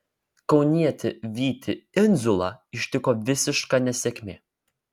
kaunietį vytį indziulą ištiko visiška nesėkmė